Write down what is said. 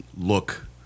look